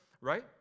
right